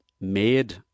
made